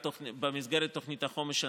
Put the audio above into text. במסגרת תוכנית החומש הנוכחית,